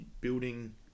building